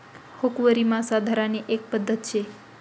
हुकवरी मासा धरानी एक पध्दत शे